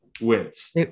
wins